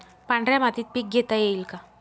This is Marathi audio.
पांढऱ्या मातीत पीक घेता येईल का?